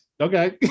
okay